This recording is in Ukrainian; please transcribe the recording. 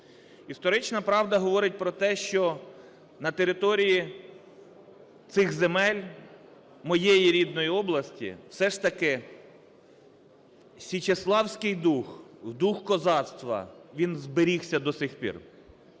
Історична правда говорить про те, що на території цих земель моєї рідної області все ж таки січеславський дух, дух козацтва, він зберігся до сих пір.